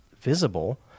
visible